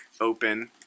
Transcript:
open